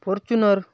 Fortuner